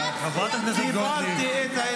מדינה יהודית ודמוקרטית שוות